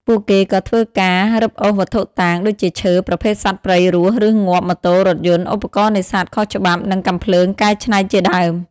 ពួកគេក៏ធ្វើការ រឹបអូសវត្ថុតាង ដូចជាឈើ ប្រភេទសត្វព្រៃរស់ ឬងាប់ ម៉ូតូ រថយន្ត ឧបករណ៍នេសាទខុសច្បាប់ និងកាំភ្លើងកែច្នៃជាដើម។